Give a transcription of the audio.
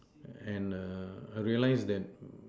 and err I realize that